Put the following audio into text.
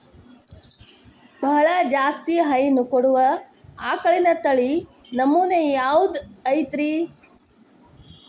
ಬಹಳ ಜಾಸ್ತಿ ಹೈನು ಕೊಡುವ ಆಕಳಿನ ತಳಿ ನಮೂನೆ ಯಾವ್ದ ಐತ್ರಿ?